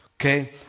Okay